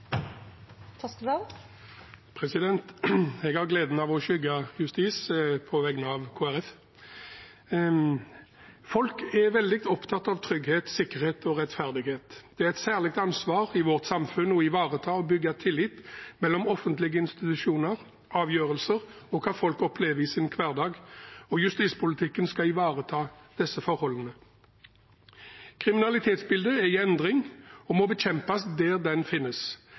veldig opptatt av trygghet, sikkerhet og rettferdighet. Det er et særlig ansvar i vårt samfunn å ivareta og bygge tillit mellom offentlige institusjoner, avgjørelser og hva folk opplever i sin hverdag, og justispolitikken skal ivareta disse forholdene. Kriminalitetsbildet er i endring, og kriminaliteten må bekjempes der den finnes.